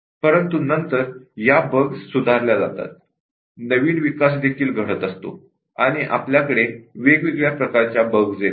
परंतु नंतर ह्या बग्स सुधारल्या जातात नवीन डेव्हलपमेन्ट देखील घडत असते आणि आपल्याकडे वेगवेगळ्या प्रकारच्या बग्स येतात